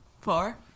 four